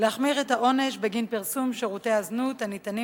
להחמיר את העונש בגין פרסום שירותי זנות הניתנים